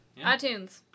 iTunes